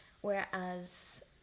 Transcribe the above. Whereas